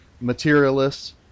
materialists